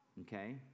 Okay